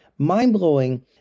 mind-blowing